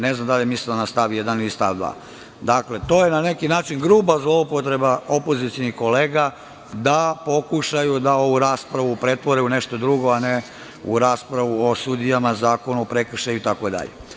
Ne znam da li je mislila na stav 1. ili stav 2. To je na neki način gruba zloupotreba opozicionih kolega da pokušaju da ovu raspravu pretvore u nešto drugo, a ne u raspravu o sudijama, zakonu, prekršaju, itd.